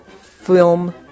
film